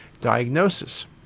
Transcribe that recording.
diagnosis